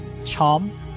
Chom